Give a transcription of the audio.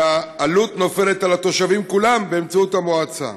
והעלות נופלת על התושבים כולם באמצעות המועצה.